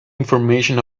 information